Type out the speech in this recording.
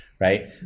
right